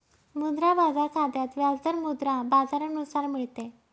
मुद्रा बाजार खात्यात व्याज दर मुद्रा बाजारानुसार मिळते